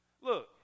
look